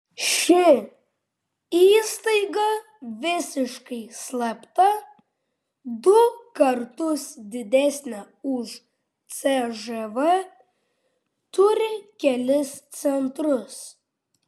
ši įstaiga visiškai slapta du kartus didesnė už cžv turi kelis centrus